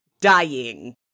dying